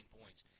points